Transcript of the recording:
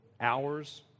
hours